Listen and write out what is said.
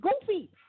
goofy